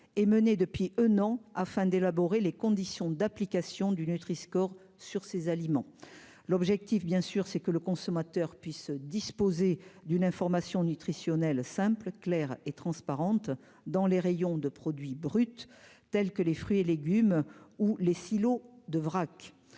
est menée depuis un an afin d'élaborer les conditions d'application du nutriscore sur ces aliments l'objectif bien sûr, c'est que le consommateur puisse disposer d'une information nutritionnelle simples, claires et transparentes dans les rayons de produits bruts, tels que les fruits et légumes ou les silos de vrac